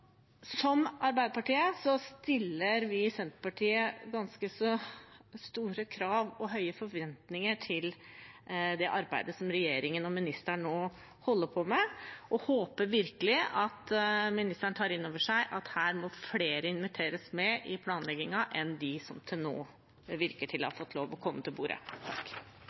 Som Arbeiderpartiet stiller vi i Senterpartiet ganske store krav og høye forventninger til det arbeidet som regjeringen og ministeren nå holder på med, og håper virkelig at ministeren tar inn over seg at her må flere inviteres med i planleggingen enn de som til nå virker å ha fått lov til å komme til bordet.